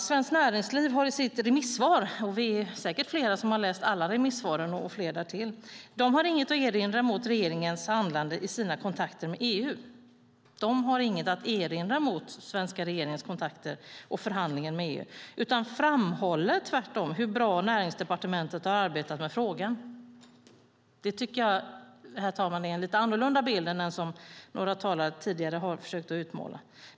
Svenskt Näringsliv har i sitt remissvar - och vi är säkert flera som har läst alla remissvar - inget att erinra mot regeringens handlande i kontakterna med EU utan framhåller tvärtom hur bra Näringsdepartementet har arbetat med frågan. Jag tycker att det är en lite annorlunda bild än den som några talare tidigare har försökt utmåla.